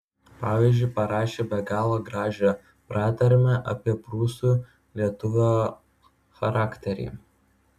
pavyzdžiui parašė be galo gražią pratarmę apie prūsų lietuvio charakterį